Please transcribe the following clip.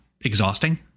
exhausting